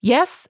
Yes